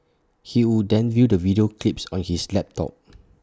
he would then view the video clips on his laptop